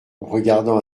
regardant